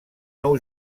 nou